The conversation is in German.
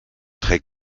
trägt